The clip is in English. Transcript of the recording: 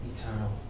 eternal